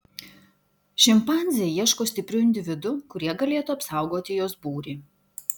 šimpanzė ieško stiprių individų kurie galėtų apsaugoti jos būrį